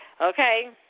Okay